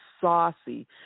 saucy